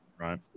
right